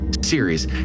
series